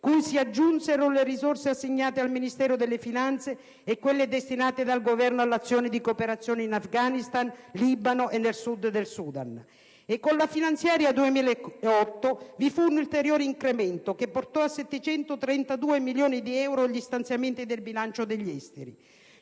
cui si aggiunsero le risorse assegnate al Ministero delle finanze e quelle destinate dal Governo all'azione di cooperazione in Afghanistan, Libano e Sud del Sudan. E con la finanziaria 2008 vi fu un ulteriore incremento, che portò a 732 milioni di euro gli stanziamenti del bilancio degli Esteri.